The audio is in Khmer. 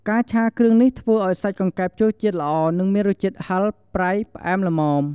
ការឆាគ្រឿងនេះ ធ្វើឱ្យសាច់កង្កែបចូលជាតិល្អ និងមានរសជាតិហិរ ប្រៃ ផ្អែម ល្មម។